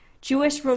Jewish